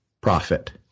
profit